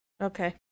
Okay